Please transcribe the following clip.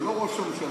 זה לא ראש הממשלה.